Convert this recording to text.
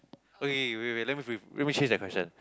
okay wait wait let me re~ let me change the question